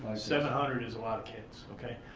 seven hundred is a lot of kids, okay.